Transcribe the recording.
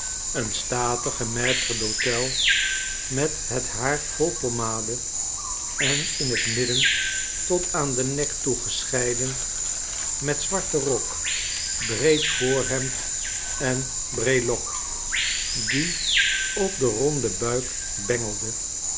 een statige maître d'hôtel met het haar vol pommade en in het midden tot aan den nek toe gescheiden met zwarten rok breed voorhemd en breloques die op den ronden buik bengelden